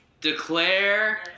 declare